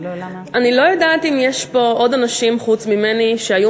אני לא יודעת אם יש פה עוד אנשים חוץ ממני שהיו